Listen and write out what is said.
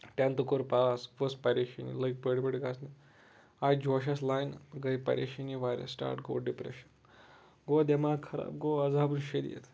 tenth کوٚر pass ؤژھ پَریشٲنی لگۍ بٔڑۍ بٔڑۍ گژھنہِ آے جوشس لاینہٕ گٔے پَریشٲنی واریاہ سٹاٹ گوٚو ڈِپریشن گوٚو دٮ۪ماغ خراب گوٚو عزاب شٔدیٖد